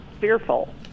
fearful